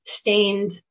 stained